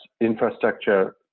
infrastructure